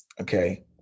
Okay